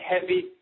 heavy